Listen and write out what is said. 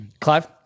Clive